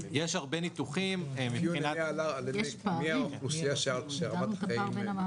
יש הרבה ניתוחים מבחינת --- מי האוכלוסייה שרמת החיים שלה עלתה?